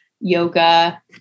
yoga